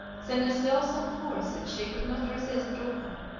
then as though some force that she could not resist drew her,